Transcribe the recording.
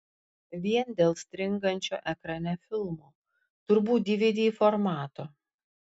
vien dėl stringančio ekrane filmo turbūt dvd formato